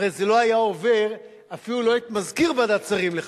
הרי זה לא היה עובר אפילו את מזכיר ועדת שרים לחקיקה.